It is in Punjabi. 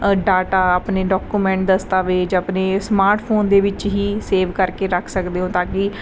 ਡਾਟਾ ਆਪਣੇ ਡਾਕੂਮੈਂਟ ਦਸਤਾਵੇਜ਼ ਆਪਨੇ ਸਮਾਰਟ ਫੋਨ ਦੇ ਵਿੱਚ ਹੀ ਸੇਵ ਕਰਕੇ ਰੱਖ ਸਕਦੇ ਹੋ ਤਾਂ ਕਿ